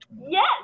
yes